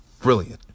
Brilliant